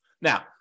Now